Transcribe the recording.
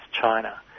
China